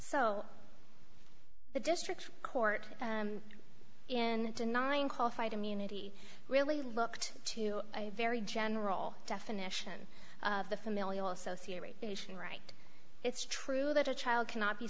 so the district court in denying qualified immunity really looked to a very general definition of the familial associate beijing right it's true that a child cannot be